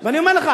ואני אומר לך,